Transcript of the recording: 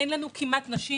אין לנו כמעט נשים.